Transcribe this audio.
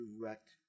direct